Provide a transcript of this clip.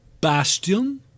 bastion